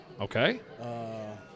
Okay